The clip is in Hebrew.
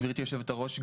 גברתי יושבת-הראש,